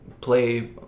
play